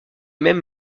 mêmes